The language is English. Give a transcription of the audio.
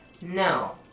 No